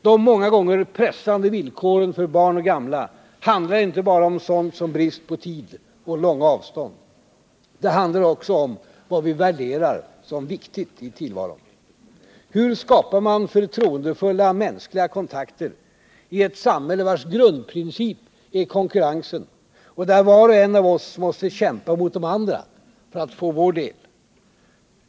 De många gånger pressande villkoren för barn och gamla handlar inte bara om sådant som brist på tid och långa avstånd. Det handlar också om vad vi värderar som viktigt i tillvaron. Hur skapar man förtroendefulla mänskliga kontakter i ett samhälle vars grundprincip är konkurrensen, och där var och en av oss måste kämpa mot de andra för att få sin del?